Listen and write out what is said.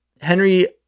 Henry